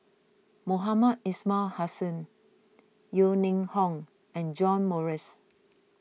Mohamed Ismail Hussain Yeo Ning Hong and John Morrice